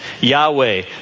Yahweh